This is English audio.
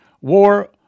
War